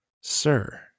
sir